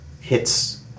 hits